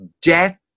death